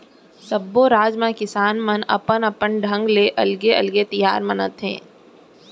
सब्बो राज म किसान मन अपन अपन ढंग ले अलगे अलगे तिहार मनाथे